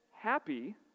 happy